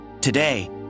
Today